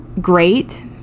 great